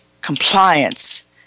compliance